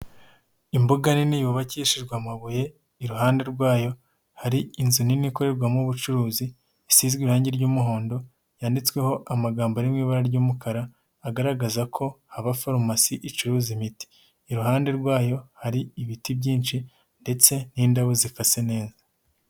Imbuga nini yubakishijwe amabuye, iruhande rwayo hari inzu nini ikorerwamo ubucuruzi, isizwe irangi ry'umuhondo, yanditsweho amagambo arimo ibara ry'umukara agaragaza ko haba farumasi icuruza imiti. Iruhande rwayo hari ibiti byinshi ndetse n'indabo zikase neza.